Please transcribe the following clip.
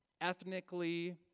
ethnically